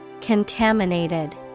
Contaminated